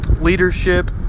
leadership